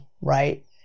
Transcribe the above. right